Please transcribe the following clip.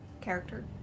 character